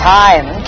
time